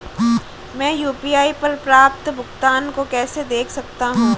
मैं यू.पी.आई पर प्राप्त भुगतान को कैसे देख सकता हूं?